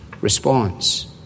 response